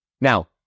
Now